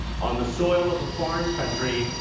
on the soil of a foreign country,